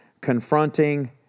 confronting